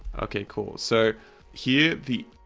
okay, cool so here the,